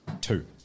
Two